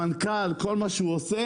המנכ"ל וכל מה שהוא עושה